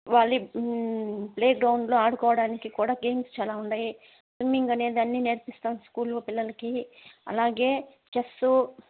వాలీ ప్లేగ్రౌండ్లో ఆడుకోవడానికి కూడా గేమ్స్ చాలా ఉన్నాయి స్విమ్మింగ్ అనేది అన్నీ నేర్పిస్తాం స్కూల్లో పిల్లలకి అలాగే చెస్సు